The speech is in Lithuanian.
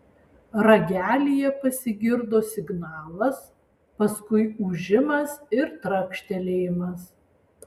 ragelyje pasigirdo signalas paskui ūžimas ir trakštelėjimas